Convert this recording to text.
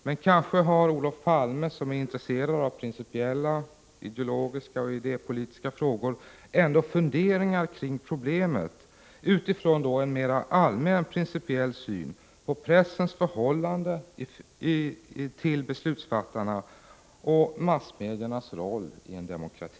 Men kanske har Olof Palme, som är intresserad av principiella, ideologiska och idépolitiska frågor, ändå funderingar kring problemet utifrån en mer allmän principiell syn på pressens förhållande till beslutsfattarna och massmediernas roll i en demokrati.